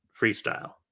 freestyle